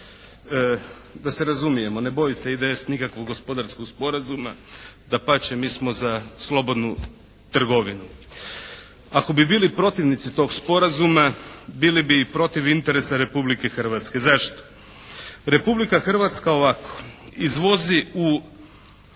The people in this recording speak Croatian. Da se razumijemo. Ne boji se IDS nikakvog gospodarskog sporazuma. Dapače mi smo za slobodnu trgovinu. Ako bi bili protivnici tog sporazuma bili bi i protiv interesa Republike Hrvatske. Zašto? Republika Hrvatska ovako, izvozi u